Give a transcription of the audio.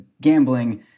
gambling